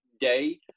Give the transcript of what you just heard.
day